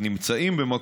לו: